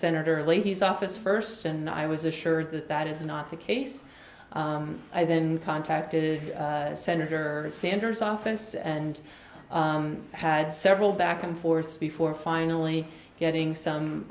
senator leahy's office first and i was assured that that is not the case i then contacted senator sanders office and had several back and forth before finally getting some